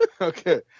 Okay